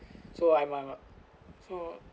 so I'm I'm I'm so